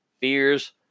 fears